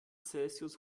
celsius